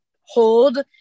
hold